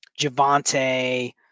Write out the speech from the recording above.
Javante